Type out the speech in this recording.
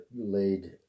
laid